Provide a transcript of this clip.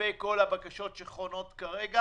לגבי כל הבקשות שחונות כרגע.